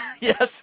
Yes